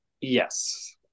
yes